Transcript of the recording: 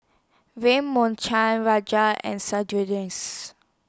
Ram Raja and